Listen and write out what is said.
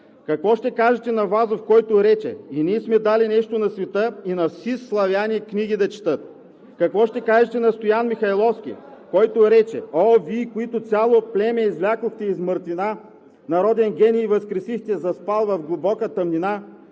Какво ще кажете на Вазов, който рече: „И ние сме дали нещо на света и на всий славяни книги да четат?“ Какво ще кажете на Стоян Михайловски, който рече: „О, вий, които цяло племе извлякохте из мъртвина, народен гений възкресихте- заспал в глубока тъмнина,